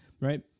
right